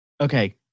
Okay